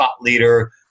leader